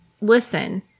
listen